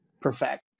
perfect